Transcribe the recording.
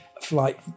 flight